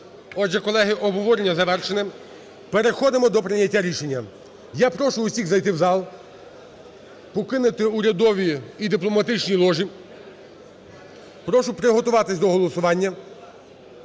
Отже, колеги, обговорення завершене. Переходимо до прийняття рішення. Я прошу всіх зайти в зал, покинути урядові і дипломатичні ложі. Прошу приготуватися до голосування.